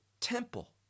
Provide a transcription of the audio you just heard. temple